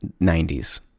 90s